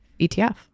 ETF